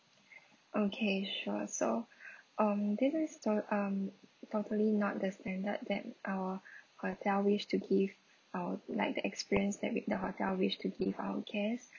okay sure so um this is to~ um totally not the standard that our hotel wish to give our like the experience that we the hotel wish to give our guests